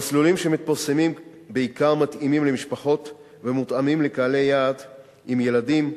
המסלולים שמתפרסמים מתאימים בעיקר למשפחות ומותאמים לקהלי יעד עם ילדים,